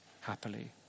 happily